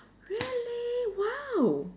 really !wow!